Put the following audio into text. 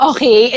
Okay